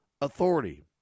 authority